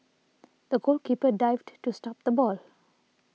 the goalkeeper dived to stop the ball